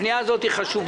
הפנייה הזאת חשובה.